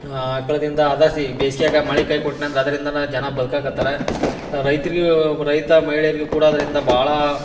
ಆಕ್ಳದಿಂದ ಅದಸಿ ಬೇಸ್ಗೆಗೆ ಮಲೆ ಕೈ ಕೊಟ್ನ್ ಅಂದ್ರೆ ಅದರಿಂದಲೇ ಜನ ಬದ್ಕಾಕ್ಕತ್ತಾರ ರೈತರಿಗೂ ರೈತ ಮಹಿಳೆಯರಿಗೂ ಕೂಡ ಅದರಿಂದ ಭಾಳ